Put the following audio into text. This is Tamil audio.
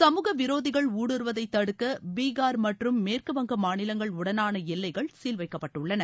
சமூக விரோதிகள் ஊடுருவுவதை தடுக்க பீகார் மற்றும் மேற்குவங்க மாநிலங்கள் உடனான எல்லைகள் சீல்வைக்கப்பட்டுள்ளன